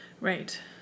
Right